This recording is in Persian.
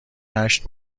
هشت